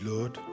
Lord